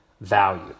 value